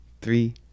three